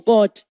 God